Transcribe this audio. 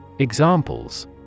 Examples